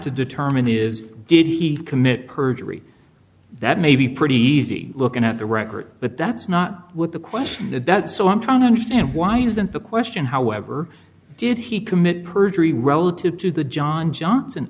to determine is did he commit perjury that may be pretty easy looking at the record but that's not what the question that that's so i'm trying to understand why isn't the question however did he commit perjury relative to the john johnson